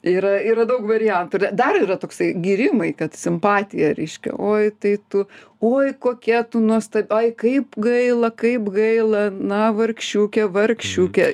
yra yra daug variantų ir dar yra toksai gyrimai kad simpatija reiškia oi tai tu oi kokia tu nuosta ai kaip gaila kaip gaila na vargšiukė vargšiukė